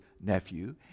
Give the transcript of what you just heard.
nephew